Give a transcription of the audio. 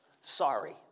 Sorry